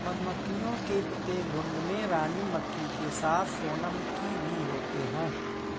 मधुमक्खियों के प्रत्येक झुंड में रानी मक्खी के साथ सोनम की भी होते हैं